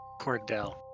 Cordell